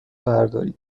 برداریم